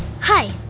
Hi